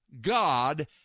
God